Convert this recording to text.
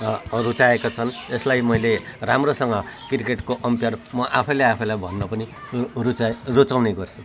रुचाएका छन् यसलाई मैले राम्रोसँग क्रिकेटको अम्पायर म आफैँले आफैँलाई भन्न पनि रु रुचाएँ रुचाउने गर्छु